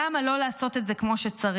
למה לא לעשות את זה כמו שצריך?